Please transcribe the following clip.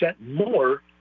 more